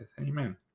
Amen